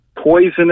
poisonous